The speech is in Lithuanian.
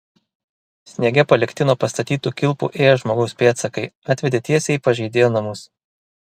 sniege palikti nuo pastatytų kilpų ėję žmogaus pėdsakai atvedė tiesiai į pažeidėjo namus